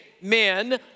men